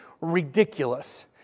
ridiculous